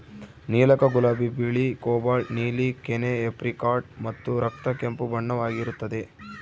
ನೀಲಕ ಗುಲಾಬಿ ಬಿಳಿ ಕೋಬಾಲ್ಟ್ ನೀಲಿ ಕೆನೆ ಏಪ್ರಿಕಾಟ್ ಮತ್ತು ರಕ್ತ ಕೆಂಪು ಬಣ್ಣವಾಗಿರುತ್ತದೆ